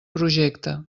projecte